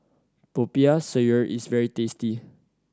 Popiah Sayur is very tasty